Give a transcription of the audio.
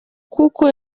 kuko